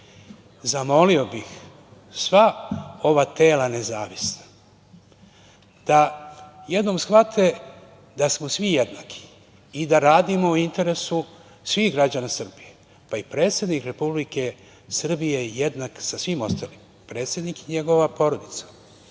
Zamolio bih sva ova tela nezavisna da jednom shvate da smo svi jednaki i da radimo u interesu svih građana Srbije, pa i predsednik Republike Srbije je jednak sa svim ostalim, predsednik i njegova porodica.